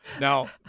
Now